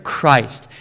Christ